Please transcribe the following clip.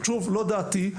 שוב לא דעתי,